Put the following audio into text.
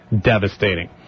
devastating